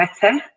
better